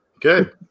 Good